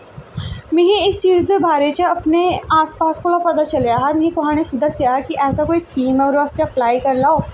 मिगी इस चीज दे बारे च अपने आस पास कोला दा पता चलेआ हा मिगी कुसा ने दस्सेआ हा कि ऐसी कोई स्कीम ऐ ओह्दे आस्तै अपलाई करी लो